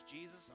Jesus